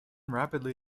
rapidly